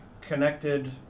connected